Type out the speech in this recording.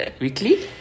Weekly